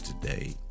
today